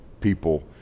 people